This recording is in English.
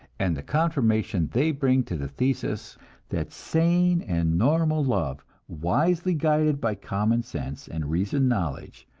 and the confirmation they bring to the thesis that sane and normal love, wisely guided by common sense and reasoned knowledge,